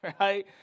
right